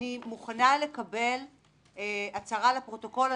אני מוכנה לקבל הצהרה לפרוטוקול,